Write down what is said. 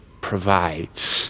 provides